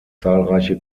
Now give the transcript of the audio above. zahlreiche